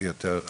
אז